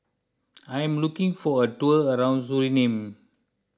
I am looking for a tour around Suriname